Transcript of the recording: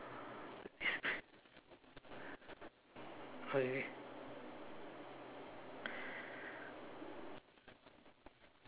okay